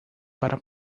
para